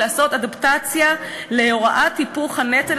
לעשות אדפטציה להוראת היפוך הנטל